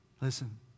listen